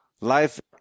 life